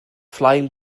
flying